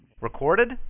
Recorded